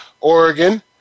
Oregon